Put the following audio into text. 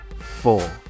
Four